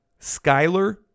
Skyler